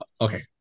Okay